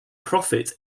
prophet